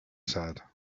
said